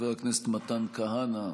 חבר הכנסת מתן כהנא,